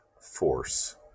force